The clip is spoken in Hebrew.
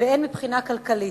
והן מבחינה כלכלית.